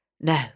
No